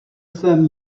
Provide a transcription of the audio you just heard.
svém